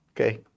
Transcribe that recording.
Okay